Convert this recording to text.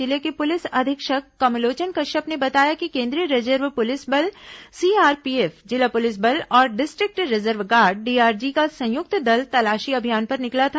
जिले के पुलिस अधीक्षक कमलोचन कश्यप ने बताया कि केंद्रीय रिजर्व पुलिस बल सीआरपीएफ जिला पुलिस बल और डिस्ट्रिक्ट रिजर्व गार्ड डीआरजी का संयुक्त दल तलाशी अभियान पर निकला था